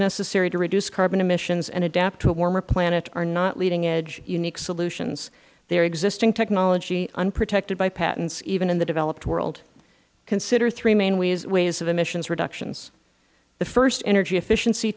necessary to reduce carbon emissions and adapt to a warming planet are not leading edge unique solutions they are existing technologies unprotected by patents even in the developed world consider three main ways of emissions reductions the first energy efficiency